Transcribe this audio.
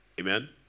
Amen